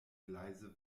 gleise